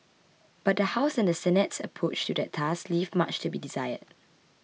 but the House and Senate's approach to that task leave much to be desired